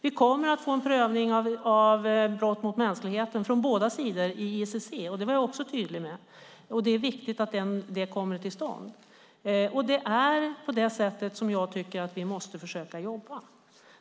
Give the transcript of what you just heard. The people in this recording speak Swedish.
Vi kommer att få en prövning i ICC av detta med brott mot mänskligheten från båda sidor - också det var jag tydlig om - och det är viktigt att detta kommer till stånd. Det är på det sättet jag tycker att vi måste försöka jobba.